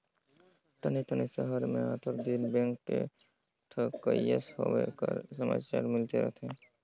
अन्ते अन्ते सहर में आंतर दिन बेंक में ठकइती होए कर समाचार मिलत रहथे